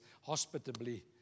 hospitably